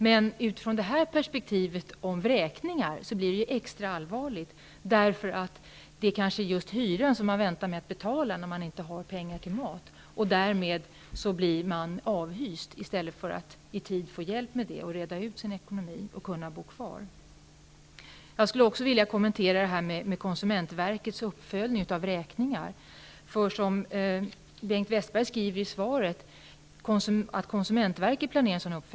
Med tanke på vräkningsperspektivet blir det ju extra allvarligt, eftersom det kanske är just hyran som man väntar med att betala när det inte finns pengar till mat. Därmed blir man avhyst i stället för att i tid få hjälp med sin ekonomi och kunna bo kvar. Jag skulle också vilja kommentera konsumentverkets uppföljning av vräkningar, eftersom det inte förhåller sig som Bengt Westerberg skriver i svaret.